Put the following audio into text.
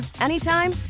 anytime